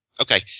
okay